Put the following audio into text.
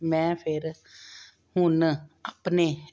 ਮੈਂ ਫਿਰ ਹੁਣ ਆਪਣੇ